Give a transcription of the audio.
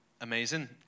amazing